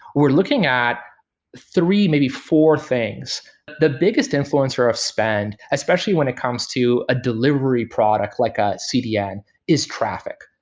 we're looking at three, maybe four things the biggest influencer of spend, especially when it comes to a delivery product like a cdn is traffic.